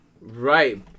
Right